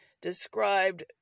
described